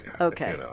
Okay